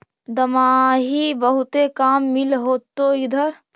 दमाहि बहुते काम मिल होतो इधर?